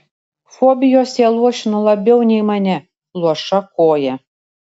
fobijos ją luošino labiau nei mane luoša koja